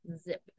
zip